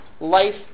life